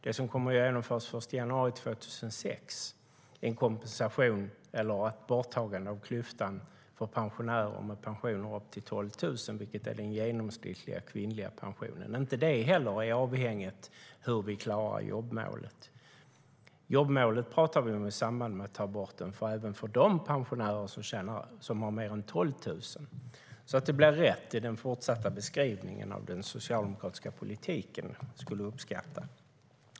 Det som kommer att genomföras i januari 2016 är en kompensation eller ett borttagande av klyftan för pensionärer med pensioner upp till 12 000, vilket är den genomsnittliga pensionen för kvinnor. Inte heller det är avhängigt av hur vi klarar jobbmålet. Jobbmålet talar vi om i samband med att vi ska ta bort klyftan även för de pensionärer som har mer än 12 000 i pension. Jag skulle uppskatta om det blir rätt i den fortsatta beskrivningen av den socialdemokratiska politiken.